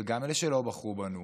וגם אלה שלא בחרו בנו